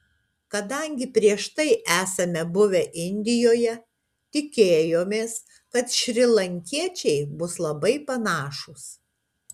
kadangi prieš tai esame buvę indijoje tikėjomės kad šrilankiečiai bus labai panašūs